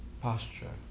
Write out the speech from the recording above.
posture